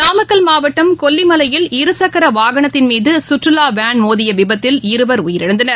நாமக்கல் மாவட்டம் கொல்லிமலையில் இருசக்கரவாகளத்தின் மீதுசுற்றுவாவேன் மோதியவிபத்தில் இருவர் உயிரிழந்தனர்